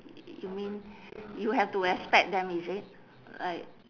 you mean you have to respect them is it like